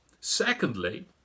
Secondly